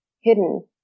hidden